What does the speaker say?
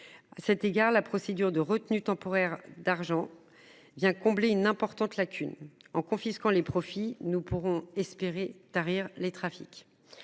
À cet égard, la procédure de retenue temporaire d'argent. Vient combler une importante lacune en confisquant les profits, nous pourrons espérer tarir les trafics.